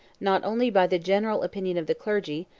not only by the general opinion of the clergy,